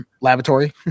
Laboratory